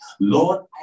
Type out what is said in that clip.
Lord